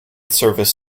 service